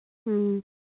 ꯎꯝ